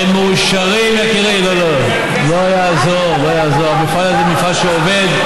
לא יעזור, המפעל הזה הוא מפעל שעובד,